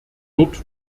dort